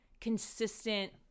consistent